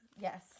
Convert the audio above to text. Yes